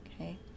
okay